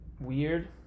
weird